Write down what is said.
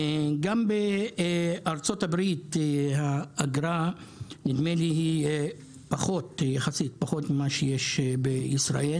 גם בארצות הברית, האגרה היא פחות ממה שיש בישראל.